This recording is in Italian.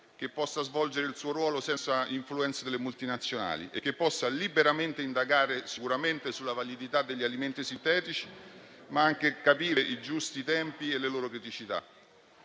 che possa svolgere il suo ruolo senza influenze delle multinazionali e che possa liberamente indagare sicuramente sulla validità degli alimenti sintetici, ma anche capire i giusti tempi e le loro criticità.